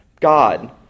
God